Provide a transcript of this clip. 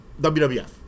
WWF